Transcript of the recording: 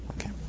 Okay